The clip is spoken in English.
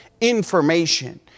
information